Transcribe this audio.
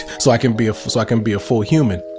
so i can be, so i can be a full human.